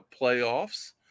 playoffs